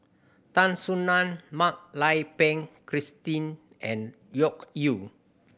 Tan Soo Nan Mak Lai Peng Christine and Loke Yew